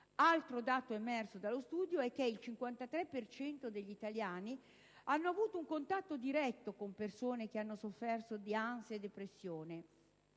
Altro dato emerso dallo studio è che il 53 per cento degli italiani hanno avuto un contatto diretto con persone che hanno sofferto di ansia e depressione.